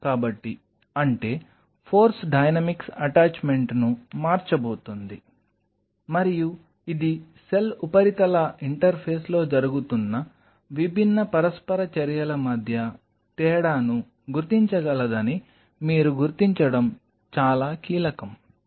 కాబట్టి అంటే force dynamics అటాచ్మెంట్ను మార్చబోతోంది మరియు ఇది సెల్ ఉపరితల ఇంటర్ఫేస్లో జరుగుతున్న విభిన్న పరస్పర చర్యల మధ్య తేడాను గుర్తించగలదని మీరు గుర్తించడం చాలా కీలకం